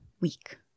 week